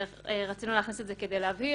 רצינו להכניס את זה כדי להבהיר.